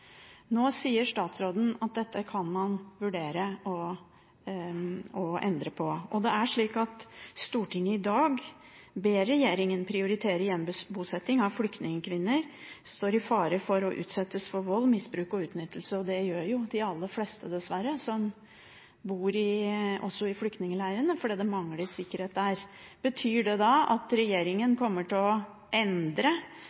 Nå sier statsråden at dette kan man vurdere å endre på. Stortinget ber i dag regjeringen prioritere gjenbosetting av flyktningkvinner som står i fare for å utsettes for vold, misbruk og utnyttelse. Og det gjør jo de aller fleste, dessverre, som bor i flyktningleirer, fordi det mangler sikkerhet der. Betyr det at